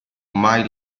mai